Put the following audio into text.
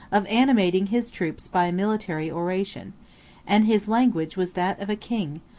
of animating his troops by a military oration and his language was that of a king,